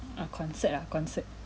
ah concert ah concert